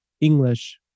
English